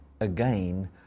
again